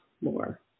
more